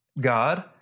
God